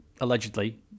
allegedly